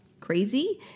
crazy